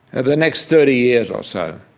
the next thirty years or so,